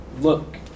look